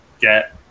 get